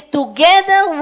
together